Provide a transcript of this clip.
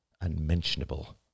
unmentionable